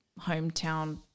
hometown